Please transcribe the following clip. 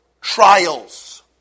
trials